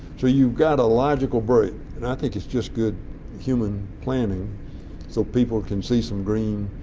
so you've got a logical break, and i think it's just good human planning so people can see some green,